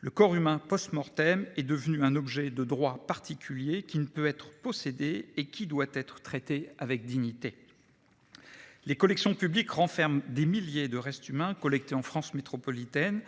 Le corps humain est devenu un objet de droit particulier : il ne peut être possédé et doit être traité avec dignité. Les collections publiques renferment des milliers de restes humains collectés en France métropolitaine,